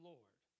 Lord